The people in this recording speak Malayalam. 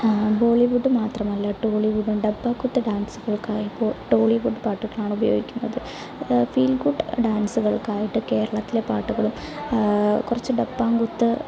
ബോളിവുഡ് മാത്രമല്ല ടോളിവുഡും ടെപ്പാ കൊട്ട് ഡാന്സുകള്ക്കായി ടോളിവുഡ് പാട്ടുകളാണ് ഉപയോഗിക്കുന്നത് ഫീല് ഗുഡ് ഡാന്സുകള്ക്കായിട്ട് കേരളത്തിലെ പാട്ടുകളും കുറച്ച് ടെപ്പാകുത്ത്